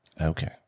Okay